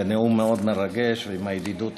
בנאום מאוד מרגש ועם הידידות המאוד-גדולה.